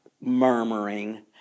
murmuring